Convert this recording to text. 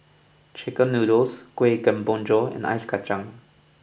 Chicken Noodles Kuih Kemboja and Ice Kachang